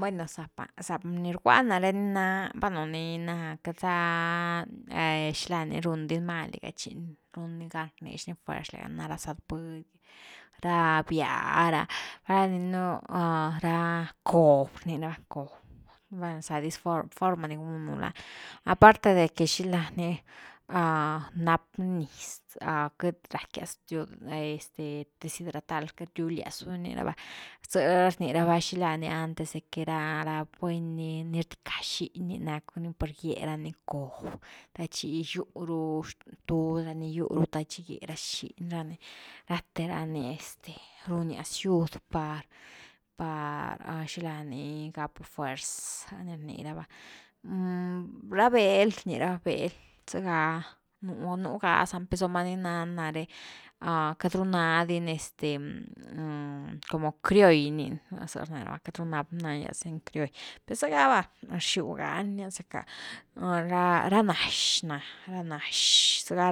Bueno za´pa, za ni rgua ni na’ré ni na, bueno ni na queity za xilá ni run di ni mal liga, chi run ni gan rnix ni fuerz liga ná ra zëtbuny, ra býa ra, ra ni rninu ra cob rni raba cob, val na za dis form, forma ni gunu lani aparte de que xila ni nap ni niz queity rackias diu deshidratar queity riuliaz diu rni rava ze rnira’va xilá ni antes ze’qui rap buny ni rdicka xiny ni nap ra ni por gye rani cob, te chi gíw ru xtud rani gyw ruchi gye ra xiny rani ra te ra ni runias gyud par-par xilá ni gapu fuerz zëni rni raba ra bel rni rava, bel ah zega nú ga zama, per soman ni nani nare, queity ru nadini este como crioll giniinu ze rniraba queity ru nadini crioll, per zega va rxiu gani nia zacka, ra–ra nax na, nax zega